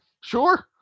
sure